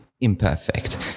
imperfect